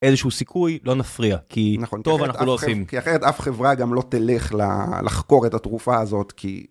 איזשהו סיכוי לא נפריע, כי טוב, אנחנו לא עושים... כי אחרת אף חברה גם לא תלך לחקור את התרופה הזאת, כי...